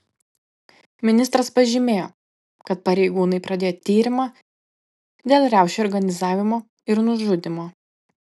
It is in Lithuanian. ministras pažymėjo kad pareigūnai pradėjo tyrimą dėl riaušių organizavimo ir nužudymo